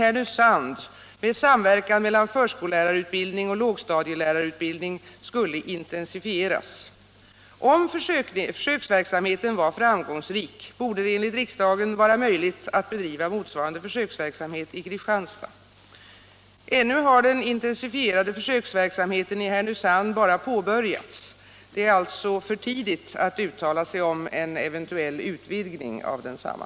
Ännu har den intensifierade försöksverksamheten i Härnösand bara påbörjats. Det är alltså för tidigt att uttala sig om en eventuell utvidgning av densamma.